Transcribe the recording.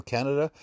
Canada